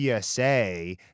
PSA